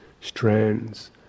strands